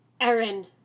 Aaron